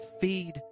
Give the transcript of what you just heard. feed